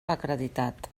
acreditat